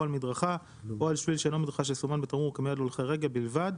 על מדרכה או על שביל שאינו מדרכה שסומן בתמרור כמיועד להולכי רגל בלבד,